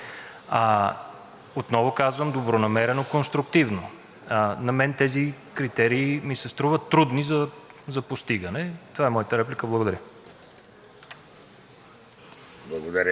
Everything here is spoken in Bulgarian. Отново казвам добронамерено, конструктивно: на мен тези критерии ми се струват трудни за постигане. Това е моята реплика. Благодаря.